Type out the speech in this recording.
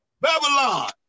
Babylon